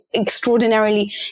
extraordinarily